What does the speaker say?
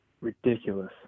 ridiculous